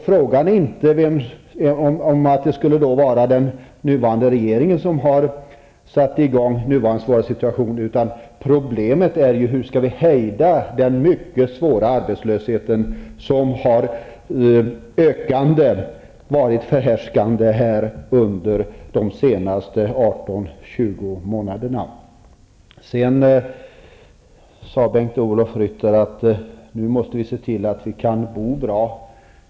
Frågan borde inte vara om det är den nuvarande regeringen som har satt i gång den nuvarande svåra situationen, utan problemet är ju hur vi skall hejda den mycket svåra arbetslösheten, vars ökande har varit förhärskande under de senaste 18--20 månaderna. Bengt-Ola Ryttar sade att vi nu måste se till att vi kan bo bra.